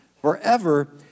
forever